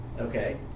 okay